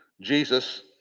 Jesus